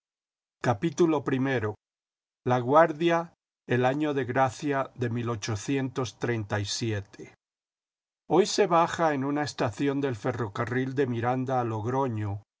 laguardia laguardia el ano de gracia de hoy se baja en una estación del ferrocarril de miranda a logroño